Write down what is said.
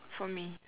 for me